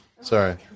Sorry